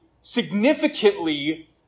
significantly